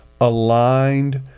aligned